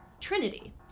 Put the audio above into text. Trinity